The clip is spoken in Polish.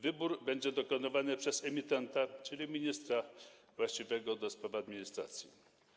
Wybór będzie dokonywany przez emitenta, czyli ministra właściwego do spraw administracji.